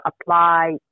apply